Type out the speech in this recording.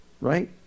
right